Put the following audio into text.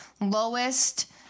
lowest